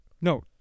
No